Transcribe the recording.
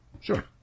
Sure